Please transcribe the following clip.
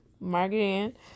Margaret